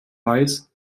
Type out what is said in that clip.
weiß